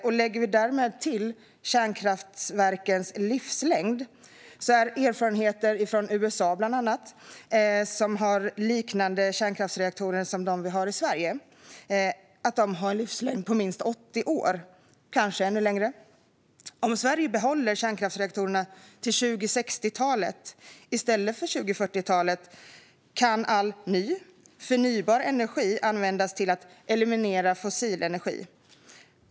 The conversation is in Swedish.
Om vi därtill lägger kärnkraftens livslängd är erfarenheten från bland annat USA, som har kärnkraftsreaktorer liknande de vi har i Sverige, att kärnkraftsreaktorerna har en livslängd på 80 år, kanske ännu längre. Om Sverige behåller kärnkraftsreaktorerna till 2060-talet i stället för till 2040-talet kan all ny förnybar energi användas till att eliminera fossil energi.